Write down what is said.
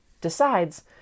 decides